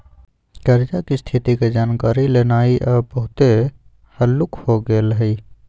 कर्जा की स्थिति के जानकारी लेनाइ अब बहुते हल्लूक हो गेल हइ